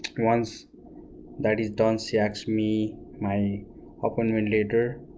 once that is done she asked me my appointment letter